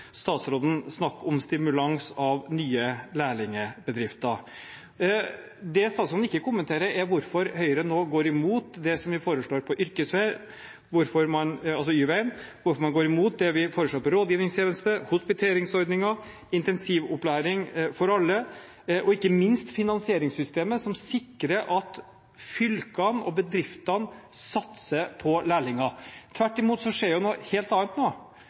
statsråden snakke om stimulans av nye lærlingbedrifter. Det statsråden ikke kommenterer, er hvorfor Høyre nå går imot det som vi foreslår på Y-veien, hvorfor man går imot det vi foreslår på rådgivningstjeneste, hospiteringsordninger, intensivopplæring for alle og ikke minst finansieringssystemet som sikrer at fylkene og bedriftene satser på lærlinger. Tvert imot ser vi noe helt annet